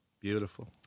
Beautiful